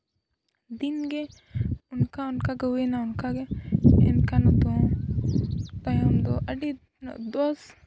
ᱫᱤᱱ ᱜᱮ ᱚᱱᱠᱟ ᱚᱱᱠᱟ ᱜᱮ ᱦᱩᱭᱱᱟ ᱚᱱᱠᱟ ᱜᱮ ᱮᱱᱠᱷᱟᱱ ᱫᱚ ᱛᱟᱭᱚᱢ ᱫᱚ ᱟᱹᱰᱤ ᱫᱚᱥ